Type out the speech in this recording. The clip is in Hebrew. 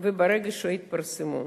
וברגע שיתפרסמו.